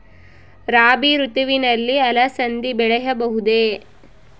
ರಾಭಿ ಋತುವಿನಲ್ಲಿ ಅಲಸಂದಿ ಬೆಳೆಯಬಹುದೆ?